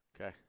Okay